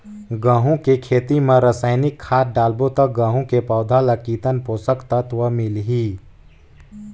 गंहू के खेती मां रसायनिक खाद डालबो ता गंहू के पौधा ला कितन पोषक तत्व मिलही?